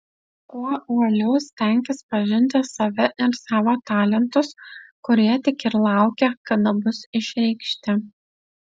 kuo uoliau stenkis pažinti save ir savo talentus kurie tik ir laukia kada bus išreikšti